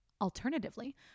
Alternatively